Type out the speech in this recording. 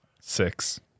Six